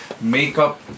Makeup